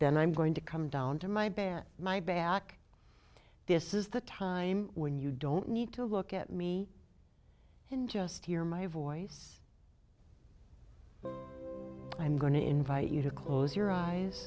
en i'm going to come down to my bare my back this is the time when you don't need to look at me and just hear my voice i'm going to invite you to close your eyes